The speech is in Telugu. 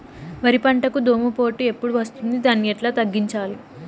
వరి పంటకు దోమపోటు ఎప్పుడు వస్తుంది దాన్ని ఎట్లా తగ్గించాలి?